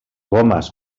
gomes